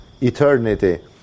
eternity